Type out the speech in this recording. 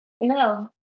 No